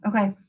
okay